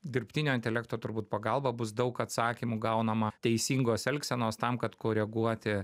dirbtinio intelekto turbūt pagalba bus daug atsakymų gaunama teisingos elgsenos tam kad koreguoti